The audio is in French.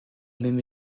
même